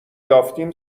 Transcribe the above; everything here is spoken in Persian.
یافتیم